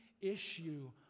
issue